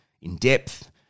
in-depth